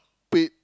paid